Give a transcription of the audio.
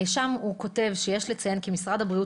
שם הוא כותב שיש לציין כי משרד הבריאות